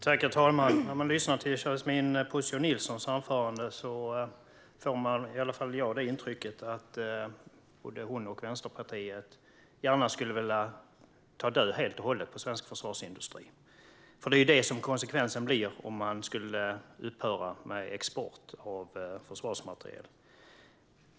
Herr talman! När jag lyssnade till Yasmine Posio Nilssons anförande fick jag intrycket att hon och Vänsterpartiet gärna skulle vilja ta död på svensk försvarsindustri helt och hållet. Det är nämligen detta som skulle bli konsekvensen om man skulle upphöra med export av försvarsmateriel.